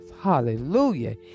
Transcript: Hallelujah